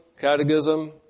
catechism